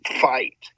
fight